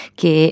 che